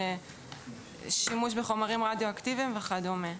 שימוש בחומרים רדיואקטיביים וכדומה.